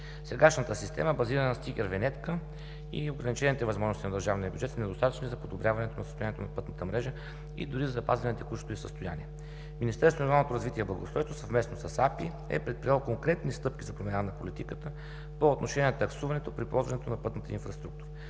Сегашната система, базирана на стикер „Винетка“ и ограничените възможности на държавния бюджет, са недостатъчни за подобряването на състоянието на пътната мрежа и дори за запазване на текущото й състояние. Министерството на регионалното развитие и благоустройството съвместно с АПИ е предприело конкретни стъпки за промяна на политиката по отношение на таксуването при ползването на пътната инфраструктура.